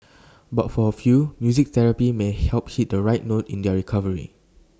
but for A few music therapy may help hit the right note in their recovery